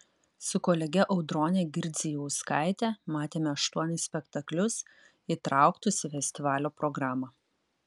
su kolege audrone girdzijauskaite matėme aštuonis spektaklius įtrauktus į festivalio programą